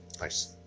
Nice